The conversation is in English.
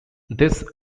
this